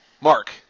Mark